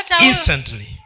instantly